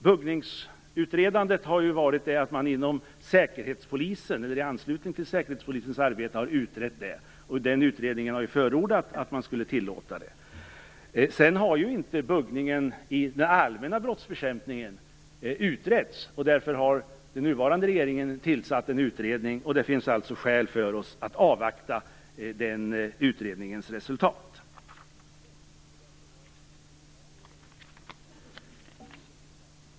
Buggningen har utretts i anslutning till Säkerhetspolisens arbete, och i den utredningen har man förordat att man skall tillåta buggning. Men buggning i den allmänna brottsbekämpningen har inte utretts, och därför har den nuvarande regeringen tillsatt en utredning. Det finns alltså skäl för oss av avvakta resultatet av den.